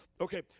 Okay